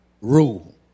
rule